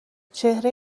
چهره